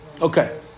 Okay